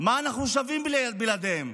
מה אנחנו שווים בלעדיהם?